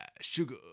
sugar